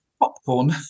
popcorn